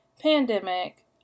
pandemic